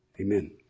Amen